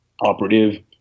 operative